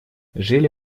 жили